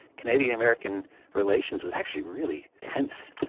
canadian-american relations was actually really tense.